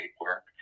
work